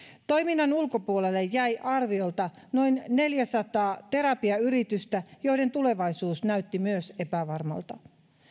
toiminnan ulkopuolelle jäi arviolta noin neljäsataa terapiayritystä joiden tulevaisuus näytti myös epävarmalta